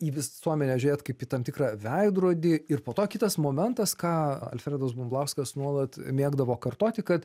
į visuomenę žiūrėt kaip į tam tikrą veidrodį ir po to kitas momentas ką alfredas bumblauskas nuolat mėgdavo kartoti kad